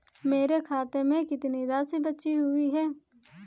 मेरे खाते में कितनी राशि बची हुई है?